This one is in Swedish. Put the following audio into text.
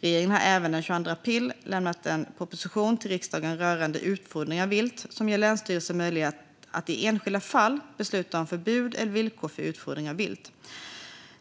Regeringen har även den 22 april lämnat över en proposition, 2020/21:183, till riksdagen rörande utfodring av vilt, som ger länsstyrelserna möjlighet att i enskilda fall besluta om förbud eller villkor för utfodring av vilt.